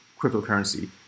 cryptocurrency